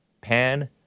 Pan